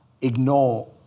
ignore